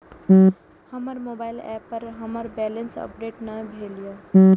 हमर mobile app पर हमर बैलेंस अपडेट ने भेल या